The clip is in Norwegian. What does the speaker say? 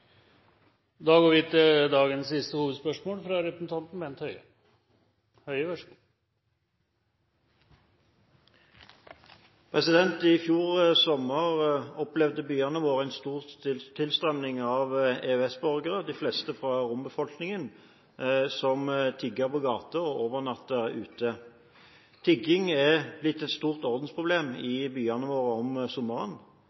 går da til dagens siste hovedspørsmål. I fjor sommer opplevde byene våre en stor tilstrømming av EØS-borgere, de fleste fra rombefolkningen, som tigger på gater og overnatter ute. Tigging er blitt et stort ordensproblem